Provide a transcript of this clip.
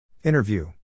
Interview